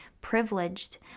Privileged